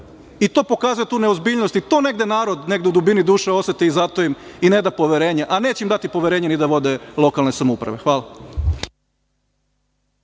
To pokazuje tu neozbiljnost. To negde narod, negde u dubini duše oseti i zato im i ne da poverenje, a neće im dati poverenje i da vode lokalne samouprave. Hvala.